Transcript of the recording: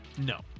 No